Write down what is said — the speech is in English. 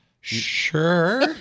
Sure